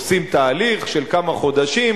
עושים תהליך של כמה חודשים,